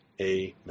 Amen